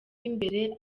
imbere